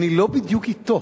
אני לא בדיוק אתו.